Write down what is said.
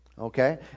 Okay